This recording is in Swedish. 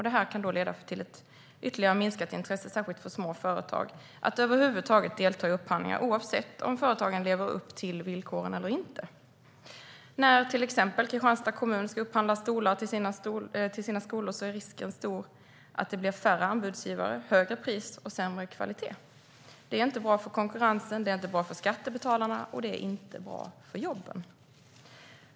Det kan leda till ett ytterligare minskat intresse, särskilt för små företag, att över huvud taget delta i upphandlingar, oavsett om företagen lever upp till villkoren eller inte. När till exempel Kristianstads kommun ska upphandla stolar till sina skolor är risken stor att det blir färre anbudsgivare, högre pris och sämre kvalitet. Det är inte bra för konkurrensen, det är inte bra för skattebetalarna och det är inte bra för jobben.